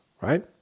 right